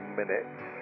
minutes